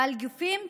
ועל גופים ציבוריים,